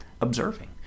observing